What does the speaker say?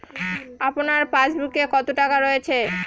আপনার পাসবুকে কত টাকা রয়েছে?